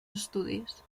estudis